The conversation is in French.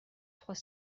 trois